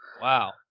Wow